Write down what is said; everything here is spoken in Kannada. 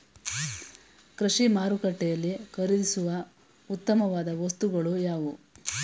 ಕೃಷಿ ಮಾರುಕಟ್ಟೆಯಲ್ಲಿ ಖರೀದಿಸುವ ಉತ್ತಮವಾದ ವಸ್ತುಗಳು ಯಾವುವು?